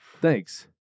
thanks